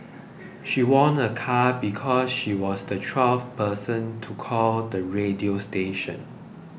she won a car because she was the twelfth person to call the radio station